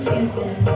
Tuesday